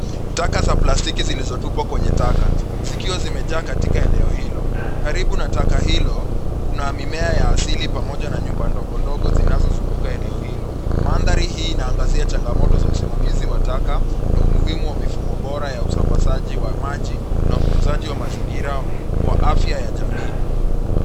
Taka za plastiki zilizotupwa kwenye taka, zikiwa zimejaa katika eneo hilo. Karibu na taka hilo kuna mimea ya asili pamoja na nyumba ndogo ndogo zinazozunguka eneo hilo. Mandhari hii inaangazia changamoto za usimamizi wa taka na umuhimu wa mifumo bora ya usambazaji wa mali na utunzaji wa mazingira kwa afya ya jamii.